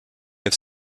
have